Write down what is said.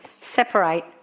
separate